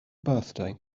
birthday